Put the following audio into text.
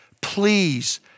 Please